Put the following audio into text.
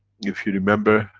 if you remember?